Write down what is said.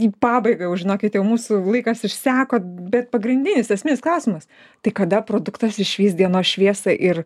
į pabaigą jau žinokit jau mūsų laikas išseko bet pagrindinis esminis klausimas tai kada produktas išvys dienos šviesą ir